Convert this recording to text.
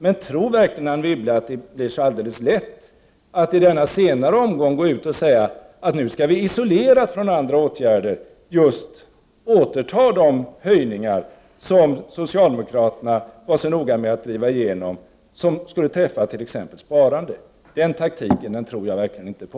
Men tror verkligen Anne Wibble att det är så alldeles lätt att i denna senare omgång gå ut och säga att vi nu, isolerat från andra åtgärder, skall återta just de höjningar som socialdemokraterna var så noga med att driva igenom, som t.ex. skulle träffa sparandet? Den taktiken tror jag inte alls på.